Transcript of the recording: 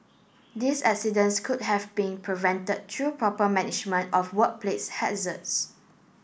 these accidents could have been prevented through proper management of workplace hazards